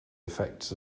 effects